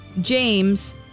James